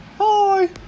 Hi